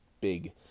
big